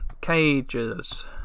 cages